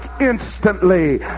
instantly